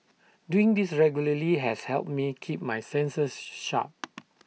doing this regularly has helped me keep my senses sharp